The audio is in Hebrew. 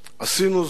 עשינו זאת